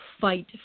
fight